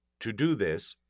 to do this,